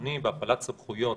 הביטחוני והפעלת סמכויות